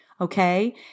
okay